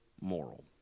moral